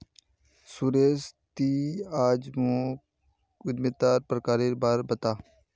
सुरेश ती आइज मोक उद्यमितार प्रकारेर बा र बता